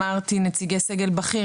אמרתי נציגי סגל בכיר,